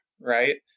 right